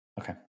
Okay